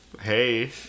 Hey